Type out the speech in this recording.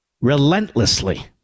relentlessly